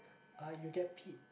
uh you get paid